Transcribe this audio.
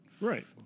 Right